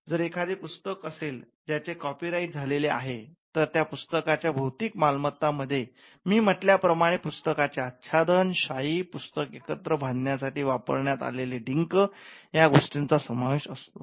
जर एखादे पुस्तक असेल ज्याचे कॉपीराईट झालेले आहे तर त्या पुस्तकाच्या भौतिक मालमत्ता मध्ये मी म्हटल्याप्रमाणे पुस्तकाचे आच्छादन शाई पुस्तक एकत्र बांधण्या साठी वापरण्यात आलेले डिंक या गोष्टीचा समावेश होतो